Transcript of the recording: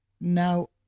Now